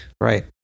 Right